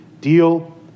Deal